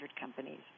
companies